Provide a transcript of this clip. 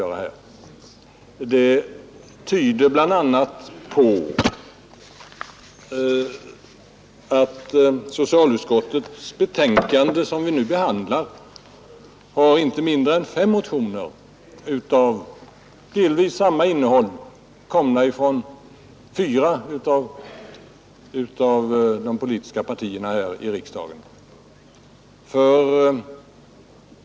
Det kan man avläsa bl.a. av att det i socialutskottets betänkande behandlas inte mindre än fem motioner av delvis samma innehåll, komna från fyra av de politiska partierna i riksdagen.